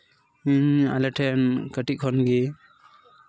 ᱟᱞᱮ ᱴᱷᱮᱱ ᱠᱟᱹᱴᱤᱡ ᱠᱷᱚᱱ ᱜᱮ